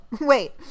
wait